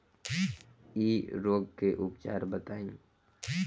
इ रोग के उपचार बताई?